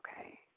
okay